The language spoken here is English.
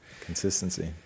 Consistency